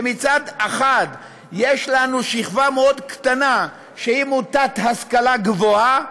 שמצד אחד יש לנו שכבה מאוד קטנה שהיא מוטת השכלה גבוהה,